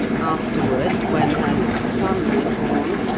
afterward, when her little son was born,